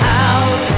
out